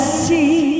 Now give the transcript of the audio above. see